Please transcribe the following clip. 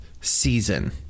season